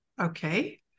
okay